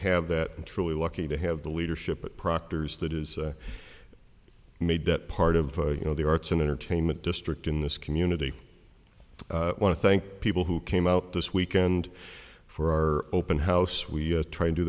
have that and truly lucky to have the leadership of proctor's that is made that part of you know the arts and entertainment district in this community i want to thank people who came out this weekend for our open house we try and do